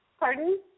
Pardon